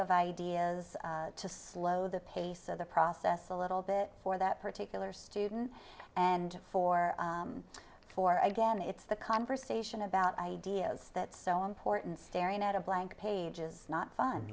of ideas to slow the pace of the process a little bit for that particular student and for four again it's the conversation about ideas that so important staring at a blank page is not fun